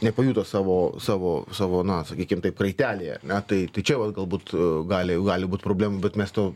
nepajuto savo savo savo na sakykim taip kraitelėj ar ne tai tai čia vat galbūt gali gali būt problemų bet mes to